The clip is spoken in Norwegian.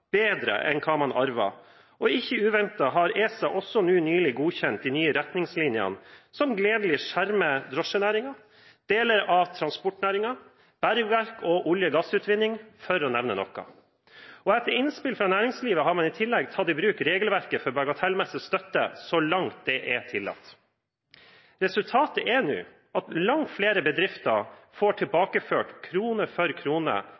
bedre enn hva man arvet, og ikke uventet har ESA også nå nylig godkjent de nye retningslinjene som gledelig skjermer drosjenæringen, deler av transportnæringen, bergverk og olje- og gassutvinning, for å nevne noe. Etter innspill fra næringslivet har man i tillegg tatt i bruk regelverket for bagatellmessig støtte så langt det er tillatt. Resultatet er nå at langt flere bedrifter får tilbakeført krone for krone